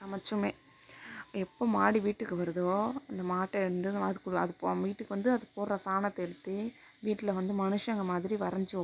சமைச்சுமே எப்போ மாடு வீட்டுக்கு வருதோ அந்த மாட்டை வந்து அதுக்கு அது போ நம்ம வீட்டுக்கு வந்து அது போடுற சாணத்தை எடுத்து வீட்டில வந்து மனுஷங்கள் மாதிரி வரைஞ்சி வைப்போம்